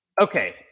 Okay